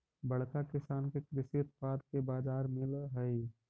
बड़का किसान के कृषि उत्पाद के बाजार मिलऽ हई